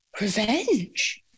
Revenge